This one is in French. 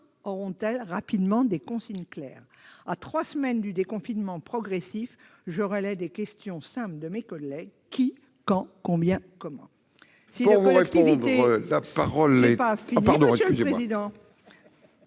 auront-elles rapidement des consignes claires ? À trois semaines du déconfinement progressif, je relaye des questions simples de mes collègues : qui ? quand ? combien ? comment ?